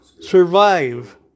survive